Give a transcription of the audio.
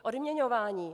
Odměňování.